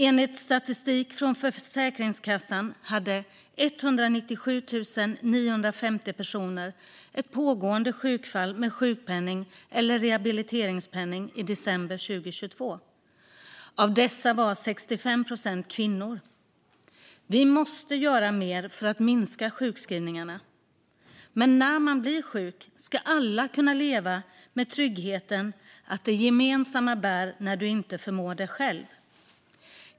Enligt statistik från Försäkringskassan hade 197 950 personer ett pågående sjukfall med sjukpenning eller rehabiliteringspenning i december 2022. Av dessa var 65 procent kvinnor. Vi måste göra mer för att minska sjukskrivningarna. Men när man blir sjuk ska man kunna leva med tryggheten att det gemensamma bär när man inte förmår det själv.